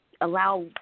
allow